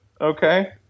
okay